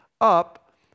up